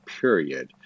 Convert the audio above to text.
period